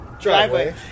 driveway